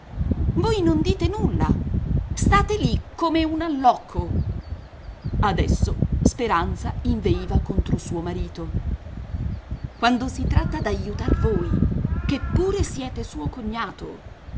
voi non dite nulla state lì come un allocco adesso speranza inveiva contro suo marito quando si tratta d'aiutar voi che pure siete suo cognato